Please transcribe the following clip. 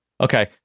Okay